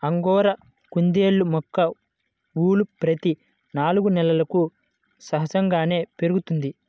angora కుందేళ్ళ యొక్క ఊలు ప్రతి నాలుగు నెలలకు సహజంగానే పెరుగుతుంది